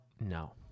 No